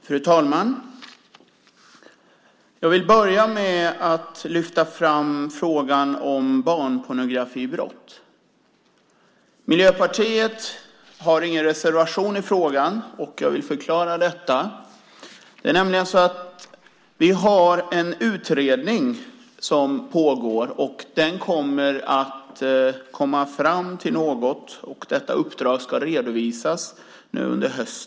Fru talman! Jag vill börja med att lyfta fram frågan om barnpornografibrott. Miljöpartiet har ingen reservation i frågan, och jag vill förklara detta. Det är nämligen så att det pågår en utredning. Till hösten ska man redovisa vad man kommit fram till gällande detta uppdrag.